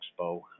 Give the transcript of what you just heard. Expo